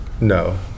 No